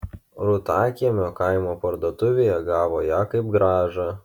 rūtakiemio kaimo parduotuvėje gavo ją kaip grąžą